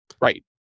right